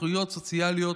זכויות סוציאליות,